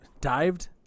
dived